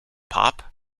pop